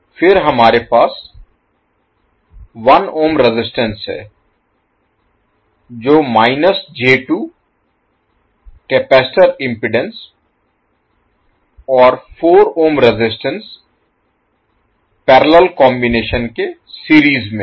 फिर हमारे पास 1 ohm रेजिस्टेंस है जो माइनस j 2 कपैसिटर इम्पीडेन्स और 4 ohm रेजिस्टेंस पैरेलल कॉम्बिनेशन के सीरीज में है